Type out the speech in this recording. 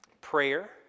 prayer